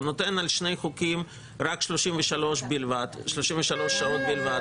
אתה נותן על שני חוקים רק 33 שעות בלבד